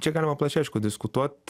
čia galima plačiai aišku diskutuot